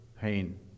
pain